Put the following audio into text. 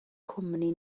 cwmni